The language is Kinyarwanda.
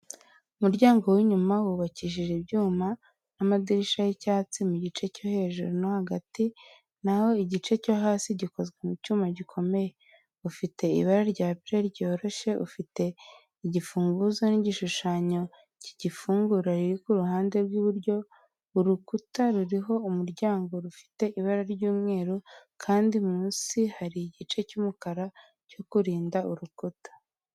Umuryango w’inyuma wubakishijwe ibyuma n’amadirishya y'icyatsi mu gice cyo hejuru no hagati, na ho igice cyo hasi gikozwe mu cyuma gikomeye. Ufite ibara rya bleu ryoroshye. Ufite igifunguzo n’igishushanyo cy’ifunguro riri ku ruhande rw’iburyo. Urukuta ruriho umuryango rufite ibara ry’umweru, kandi munsi hari igice cy’umukara cyo kurinda urukuta.